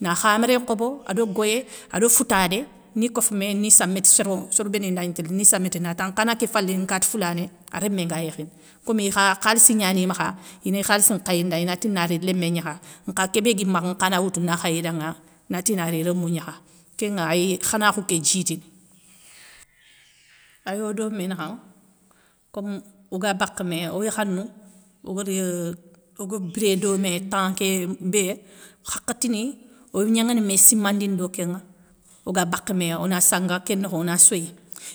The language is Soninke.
Na khaméré nkhobo ado goyé, ado foutadé ni kofoumé ni samétti soro sér béni ndagni télé ni samétti natan nkhana ké falinŋa kati foulané rémé nga yékhini. Komi i kha khalissi gani makha ini khalissi nkhayi nda inati na ri nlémé gnakha, nkha kébé gui makha nkhana woutou na khayi danŋa nati inari rémou gnakha. Kénŋa ay khanakhou ké djidini. Ayo do mé nakhanŋa, kom oga bakh mé oyakhanou, ogadi euuhh oga biré domé, temp ké bé, hakhatini oy gnanŋana mé simandini do kén ŋa oga bakha mé ona sanga ké nokhonŋa ona soyi.